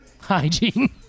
Hygiene